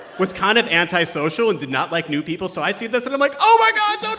was kind of anti-social and did not like new people. so i see this and i'm like, oh, my god, ah